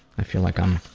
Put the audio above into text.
i feel like i'm,